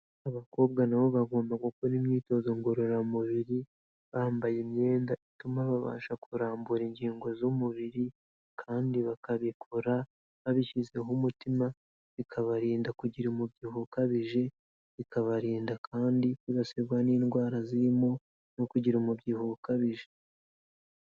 Abakobwa nabo bagomba gukora imyitozo ngororamubiri, bambaye imyenda ituma babasha kurambura ingingo z'umubiri, kandi bakabikora babishyizeho umutima, bikabarinda kugira umubyibuho ukabije, bikabarinda kandi kwibasirwa n'indwara zirimo no kugira umubyibuho ukabije.